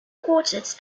quartets